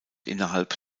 innerhalb